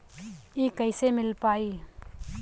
इ कईसे मिल पाई?